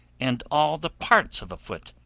and all the parts of a foot.